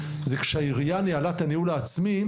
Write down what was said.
הוא שכשהעירייה ניהלה את הניהול העצמי,